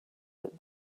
that